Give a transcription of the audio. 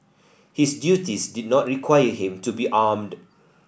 his duties did not require him to be armed